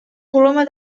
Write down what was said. coloma